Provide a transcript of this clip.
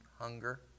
hunger